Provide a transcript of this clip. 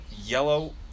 yellow